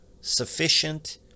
sufficient